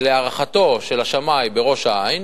להערכתו של השמאי, בראש-העין